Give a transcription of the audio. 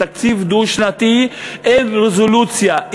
בתקציב דו-שנתי אין רזולוציה,